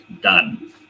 done